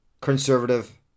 conservative